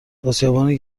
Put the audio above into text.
اسیابان